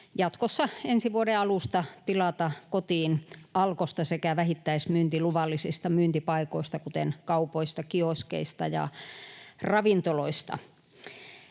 jatkossa, ensi vuoden alusta tilata kotiin Alkosta sekä vähittäismyyntiluvallisista myyntipaikoista, kuten kaupoista, kioskeista ja ravintoloista.